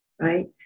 right